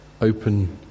open